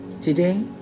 Today